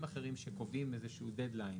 אחרים שקובעים איזה שהוא דד-ליין